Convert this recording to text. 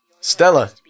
Stella